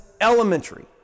elementary